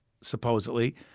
supposedly—